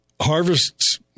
harvests